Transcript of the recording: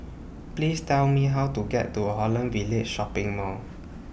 Please Tell Me How to get to Holland Village Shopping Mall